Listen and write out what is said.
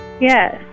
Yes